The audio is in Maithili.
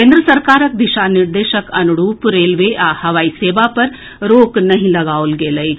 केन्द्र सरकारक दिशा निर्देशक अनुरूप रेलवे आ हवाई सेवा पर रोक नहि लगाओल गेल अछि